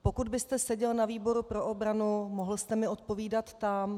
Pokud byste seděl na výboru pro obranu, mohl jste mi odpovídat tam.